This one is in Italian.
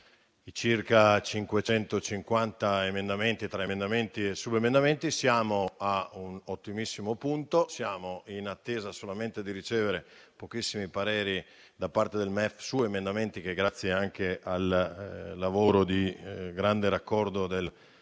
circa 550 emendamenti e subemendamenti. Siamo ad un ottimo punto. Siamo in attesa solamente di ricevere pochissimi pareri da parte del MEF su emendamenti che, grazie anche al lavoro di grande raccordo del